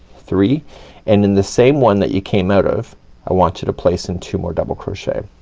three and in the same one that you came out of i want you to place in two more double crochet.